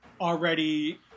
already